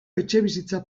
etxebizitza